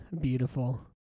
Beautiful